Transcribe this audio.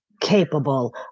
capable